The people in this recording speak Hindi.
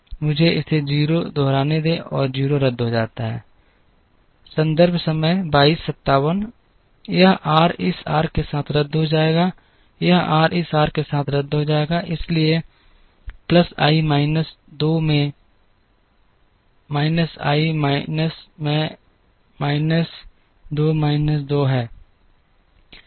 मुझे इसे 0 दोहराने दें और 0 रद्द हो जाता है यह आर इस आर के साथ रद्द हो जाएगा यह आर इस आर के साथ रद्द हो जाएगा इसलिए प्लस आई माइनस 2 मैं माइनस आई माइनस मैं माइनस 2 माइनस 2 है